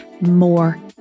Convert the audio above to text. more